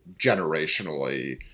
generationally